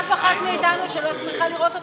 אין אף אחת מאתנו שלא שמחה לראות אותך,